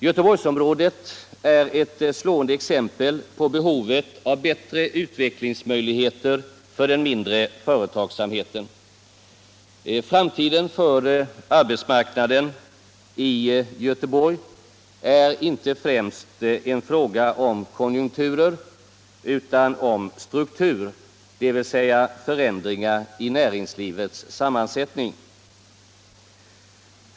Göteborgsområdet är ett slående exempel på behovet av bättre utvecklingsmöjligheter för den mindre företagsamheten. Framtiden för arbetsmarknaden i Göteborg är inte en fråga främst om konjunkturer utan om strukturer, dvs. förändringar i näringslivets sammansättning.